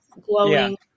glowing